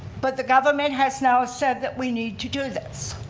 but the government has now said that we need to do this